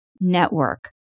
network